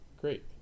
Great